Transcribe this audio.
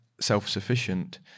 self-sufficient